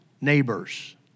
neighbors